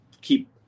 keep